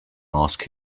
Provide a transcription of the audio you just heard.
ask